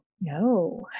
no